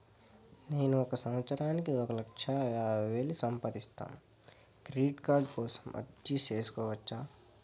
నేను ఒక సంవత్సరానికి ఒక లక్ష యాభై వేలు సంపాదిస్తాను, క్రెడిట్ కార్డు కోసం అర్జీ సేసుకోవచ్చా?